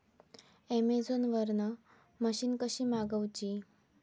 Amazon वरन machine कशी मागवची?